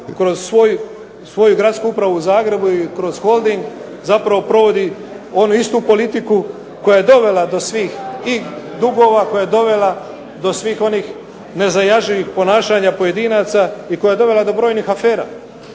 kroz svoju gradsku upravu u Zagrebu i kroz Holding zapravo provodi onu istu politiku koja je dovela do svih i dugova, koja je dovela do svih onih …/Ne razumije se./… ponašanja pojedinaca, i koja je dovela do brojnih afera.